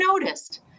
noticed